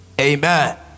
Amen